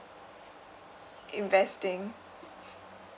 investing